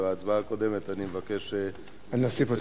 התשע"א 2011,